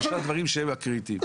ויש דברים שהם הקריטיים.